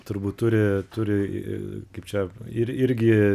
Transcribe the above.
turbūt turi turi kaip čia ir irgi